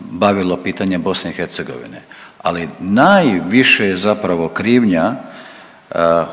bavilo pitanje BiH, ali najviše je zapravo krivnja